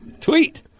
tweet